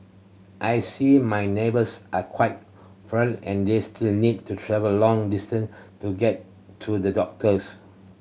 I see my neighbours are quite frail and this still need to travel long distance to get to the doctors